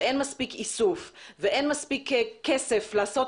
אין מספיק איסוף ואין מספיק כסף כדי לעשות